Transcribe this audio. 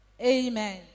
Amen